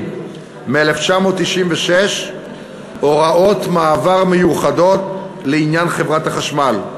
מ-1996 הוראות מעבר מיוחדות לעניין חברת החשמל,